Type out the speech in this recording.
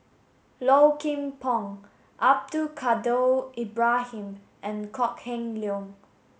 Low Kim Pong Abdul Kadir Ibrahim and Kok Heng Leun